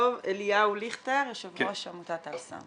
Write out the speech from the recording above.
אליהו ליכטר, יושב ראש עמותת "אל סם",